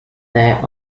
there